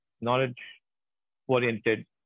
knowledge-oriented